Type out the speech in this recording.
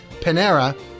Panera